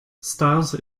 stiles